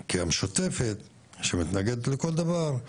כי המשותפת שמתנגדת לכל דבר,